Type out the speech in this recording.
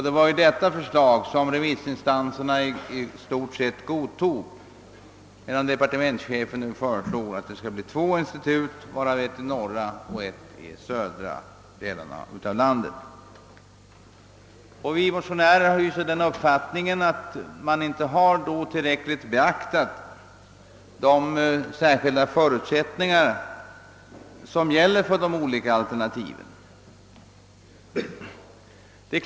Det var detta förslag som remissinstanserna i stort sett godtog, medan departementschefen nu föreslår att det bara skall bli två institut, ett i norra och ett i den södra delen av landet. Vi motionärer hyser den uppfattningen att departementschefen inte tillräckligt har beaktat de särskilda förutsättningar som gäller för de olika initiativen.